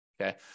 Okay